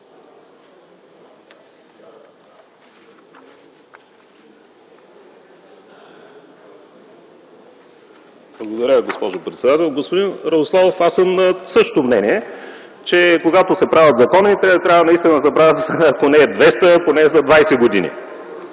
Благодаря, госпожо председател. Господин Радославов, аз съм на същото мнение, че когато се правят закони, те трябва да се правят ако не за 200, то поне за 20 години.